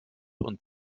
und